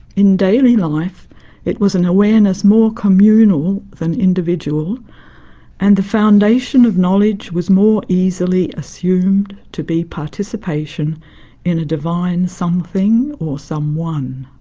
in daily life it was an awareness more communal than individual and the foundation of knowledge was more easily assumed to be participation in a divine something or someone.